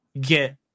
get